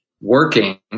working